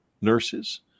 Nurses